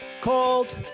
called